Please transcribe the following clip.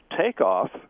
Takeoff